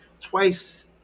twice –